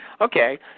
Okay